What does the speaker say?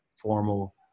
formal